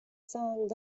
song